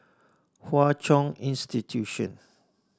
Hwa Chong Institution